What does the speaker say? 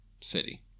city